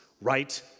right